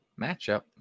matchup